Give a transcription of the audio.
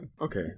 Okay